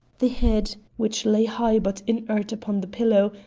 the head, which lay high but inert upon the pillow,